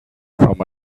from